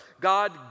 God